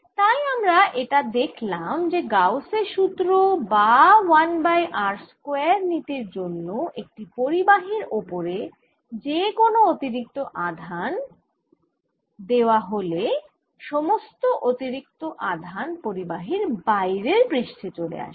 তাই আমরা এটা দেখলাম যে গাউস এর সুত্র বা 1 বাই r স্কয়ার নীতির জন্য একটি পরিবাহীর ওপরে যে কোন অতিরিক্ত আধান আধান দেওয়া হলে সমস্ত অতিরিক্ত আধান পরিবাহীর বাইরের পৃষ্ঠে চলে আসে